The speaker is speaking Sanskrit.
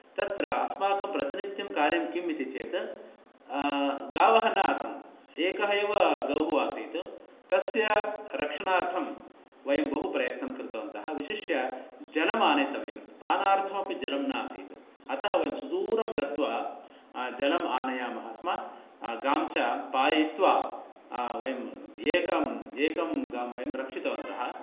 तत्र अस्माकं प्रतिनित्यं कार्यं किं इति चेत् गावः न आसन् एकः एव गौः आसीत् तस्य रक्षणार्थं वयं बहु प्रयत्नं कृतवन्तः विशिष्य जलमानेतव्यं पानार्थमपि जलं नासीत् अतः वयं दूरं गत्वा जलं आनयामः स्म गां च पालयित्वा वयं एकं एकं गां वयं रक्षितवन्तः